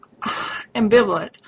ambivalent